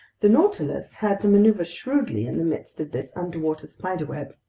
the nautilus had to maneuver shrewdly in the midst of this underwater spiderweb.